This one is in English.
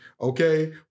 Okay